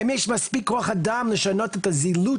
האם יש מספיק כוח אדם לשנות את הזילות